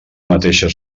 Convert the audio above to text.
mateixa